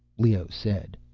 leoh said.